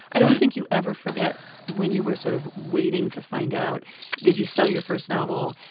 i don't think you ever forget when you were sort of waiting to find out did you sell your first novel?